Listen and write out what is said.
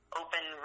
open